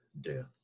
death